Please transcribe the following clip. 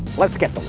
let's get